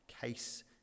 Case